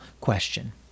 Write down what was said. question